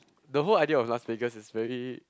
the whole idea of Las Vegas is very